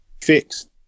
fixed